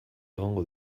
egongo